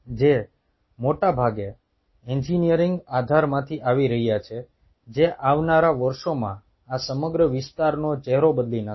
જે મોટે ભાગે એન્જિનિયરિંગ આધારમાંથી આવી રહ્યા છે જે આવનારા વર્ષોમાં આ સમગ્ર વિસ્તારનો ચહેરો બદલી નાખશે